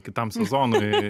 kitam sezonui